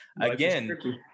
Again